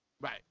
Right